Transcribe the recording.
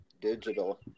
digital